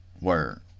Word